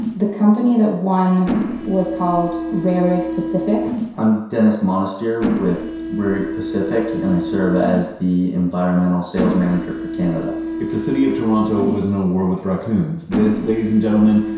the company that won was called rehrig pacific i'm dennis monastir with rehrig pacific, and i serve as the environmental sales manager for canada. if the city of toronto was in a war with racoons, this, ladies and gentleman,